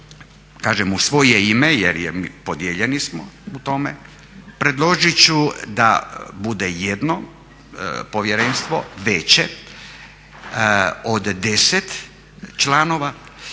kažem u svoje ime jer smo podijeljeni u tome, predložit ću da bude jedno povjerenstvo veće od 10 članova